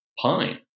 Pine